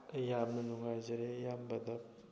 ꯑꯩ ꯌꯥꯝꯅ ꯅꯨꯡꯉꯥꯏꯖꯔꯦ ꯏꯌꯥꯝꯕꯗ